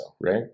right